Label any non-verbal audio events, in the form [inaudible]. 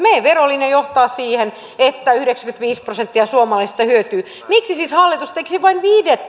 [unintelligible] meidän verolinjamme johtaa siihen että yhdeksänkymmentäviisi prosenttia suomalaisista hyötyy miksi siis hallitus tekisi vain